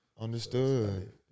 Understood